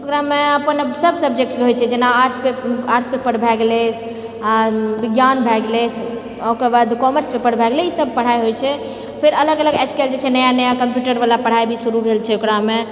ओकरामे अपन सब सब्जेक्ट होइत छै जेना आर्ट्स आर्ट्स पेपर भए गेलै आ विज्ञान भए गेलै ओकर बाद कॉमर्स पेपर भए गेलै ई सब पढ़ाइ होइत छै फेर अलग अलग आजकल जे छै नया नया कंप्यूटर वाला पढ़ाइ भी शुरू भेल छै एकरामे